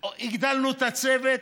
הגדלנו את הצוות.